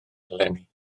eleni